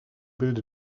build